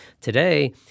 Today